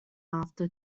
after